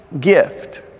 gift